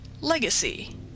Legacy